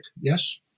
yes